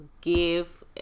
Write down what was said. Give